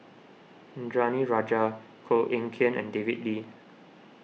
Indranee Rajah Koh Eng Kian and David Lee